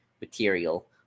material